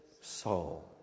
soul